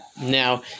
Now